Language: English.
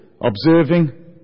observing